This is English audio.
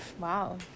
Wow